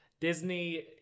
Disney